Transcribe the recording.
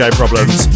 problems